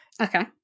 okay